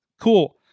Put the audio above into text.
cool